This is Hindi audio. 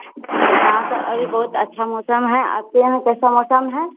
यहाँ पर अभी बहुत अच्छा मौसम है आपके यहाँ कैसा मौसम है